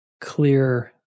clear